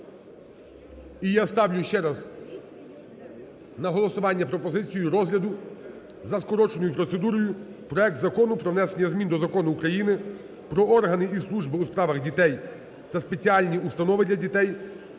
І я ставлю ще раз на голосування пропозицію розгляду за скороченою процедурою проект Закону про внесення змін до Закону України "Про органи і служби у справах дітей та спеціальні установи для дітей"